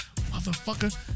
motherfucker